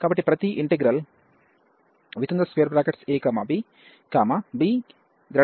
కాబట్టి ప్రతి integral ab ba పై f ఇంటిగ్రల్ గా ఉంటుంది